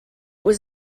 was